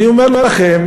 אני אומר לכם